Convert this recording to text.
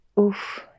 Oof